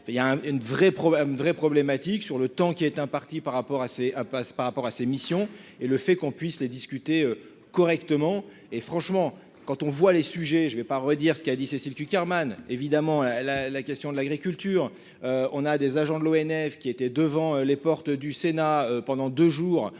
problème vraie problématique sur le temps qui est imparti par rapport à assez passe par rapport à ses missions, et le fait qu'on puisse les discuter correctement et franchement quand on voit les sujets, je ne vais pas redire ce qu'il a dit Cécile Cukierman, évidemment, elle a la question de l'agriculture, on a des agents de l'ONF, qui étaient devant les portes du Sénat pendant 2 jours,